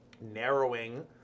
narrowing